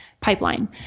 pipeline